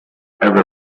ever